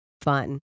Fun